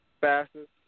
Fastest